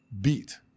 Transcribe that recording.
beat